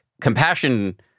compassion